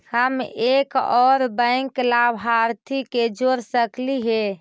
हम एक और बैंक लाभार्थी के जोड़ सकली हे?